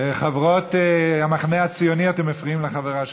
חברות המחנה הציוני, אתן מפריעות לחברה שלכם.